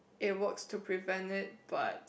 it works to prevent it but